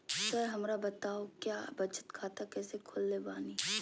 Sir हमरा बताओ क्या बचत खाता कैसे खोले बानी?